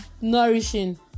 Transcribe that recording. nourishing